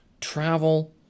travel